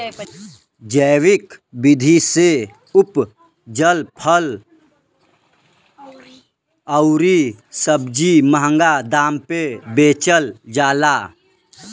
जैविक विधि से उपजल फल अउरी सब्जी महंगा दाम पे बेचल जाला